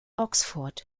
oxford